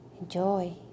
Enjoy